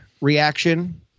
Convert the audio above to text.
reaction